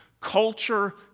Culture